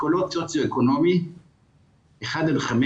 אשכולות של סוציו-אקונומי 1-5,